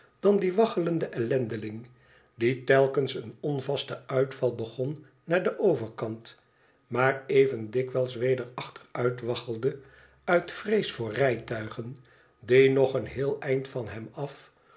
dan die waggelende ellendeling die telkens een onvasten uitval begon naar den overkant maar even dikwijls weder achteruitwaggelde uit vrees voor rijtuigen die nog een heel eind van hem af